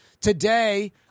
Today